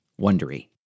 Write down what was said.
Wondery